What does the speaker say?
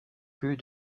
plus